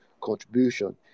contribution